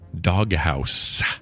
doghouse